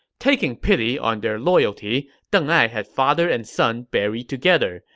taking pity on their loyalty, deng ai had father and son buried together,